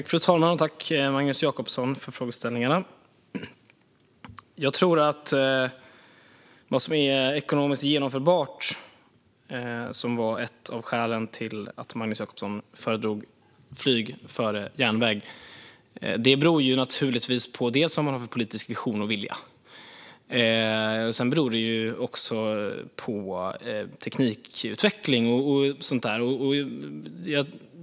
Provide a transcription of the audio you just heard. Fru talman! Tack, Magnus Jacobsson, för frågeställningarna! Jag tror att vad som är ekonomiskt genomförbart, vilket är ett av skälen till att Magnus Jacobsson föredrar flyg framför järnväg, beror på dels vad man har för politisk vision och vilja, dels på teknikutveckling och sådant.